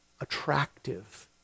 attractive